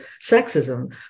sexism